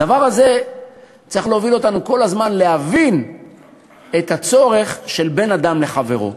הדבר הזה צריך להוביל אותנו כל הזמן להבין את הצורך של בין אדם לחברו.